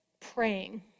praying